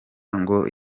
ngo